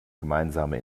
gemeinsame